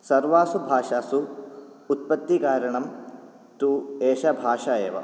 सर्वासु भाषासु उत्पत्तिकारणं तु एषा भाषा एव